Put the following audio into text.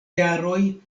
jaroj